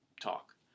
talk